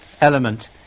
element